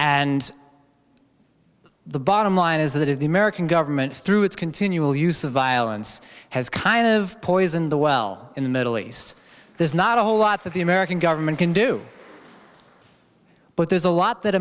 and the bottom line is that if the american government through its continual use of violence has kind of poisoned the well in the middle east there's not a whole lot that the american government can do but there's a lot that